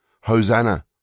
Hosanna